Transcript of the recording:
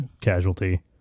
casualty